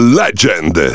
legend